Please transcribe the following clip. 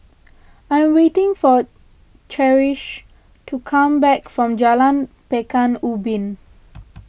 I am waiting for Cherish to come back from Jalan Pekan Ubin